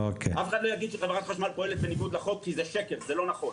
אף אחד לא יגיד שחברת חשמל פועלת בניגוד לחוק כי זה שקר וזה לא נכון.